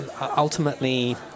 ultimately